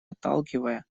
отталкивая